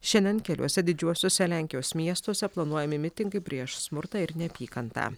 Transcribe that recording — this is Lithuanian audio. šiandien keliuose didžiuosiuose lenkijos miestuose planuojami mitingai prieš smurtą ir neapykantą